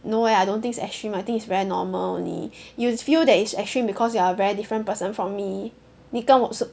no leh I don't think it's extreme I think it's very normal only you feel that it's extreme because you are a very different person from me 你跟我是